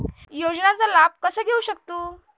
योजनांचा लाभ कसा घेऊ शकतू?